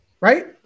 Right